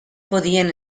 podien